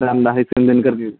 रामधारी सिंह दिनकरके